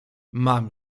mam